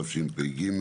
התשפ"ג,